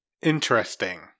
Interesting